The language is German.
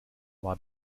war